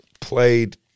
played